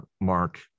Mark